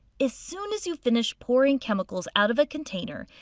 as soon as you finish pouring chemicals out of a container,